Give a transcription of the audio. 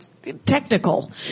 technical